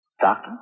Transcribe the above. Doctor